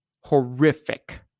horrific